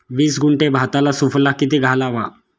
वीस गुंठे भाताला सुफला किती घालावा?